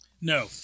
No